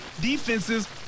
defenses